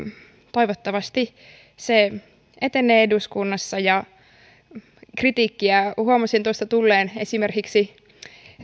toivottavasti se etenee eduskunnassa kritiikkiä huomasin tuosta tulleen esimerkiksi